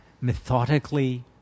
methodically